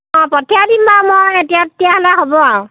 অঁ পঠিয়াই দিম বাৰু মই এতিয়া তেতিয়াহ'লে হ'ব আৰু